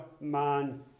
man